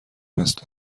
شصت